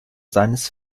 seines